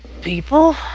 people